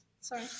sorry